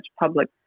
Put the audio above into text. public